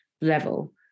level